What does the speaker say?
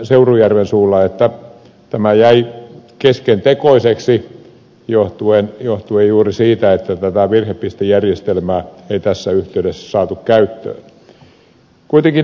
seurujärven suulla tämä jäi keskentekoiseksi johtuen juuri siitä että tätä virhepistejärjestelmää ei tässä yhteydessä saatu käyttöön